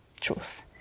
truth